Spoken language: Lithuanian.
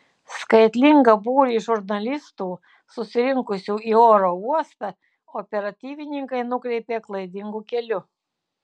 skaitlingą būrį žurnalistų susirinkusių į oro uostą operatyvininkai nukreipė klaidingu keliu